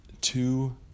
two